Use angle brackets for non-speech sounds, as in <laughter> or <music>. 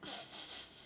<noise>